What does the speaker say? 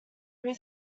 pre